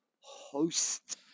host